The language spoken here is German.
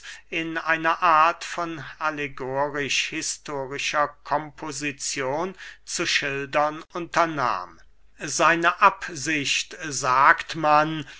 in einer art von allegorisch historischer komposizion zu schildern unternahm seine absicht sagt man